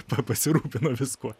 pa pasirūpino viskuo